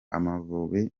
amavubi